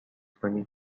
کنی